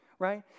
Right